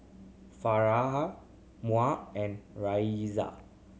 Farhanha Munah and Raiysa